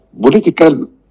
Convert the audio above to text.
political